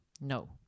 No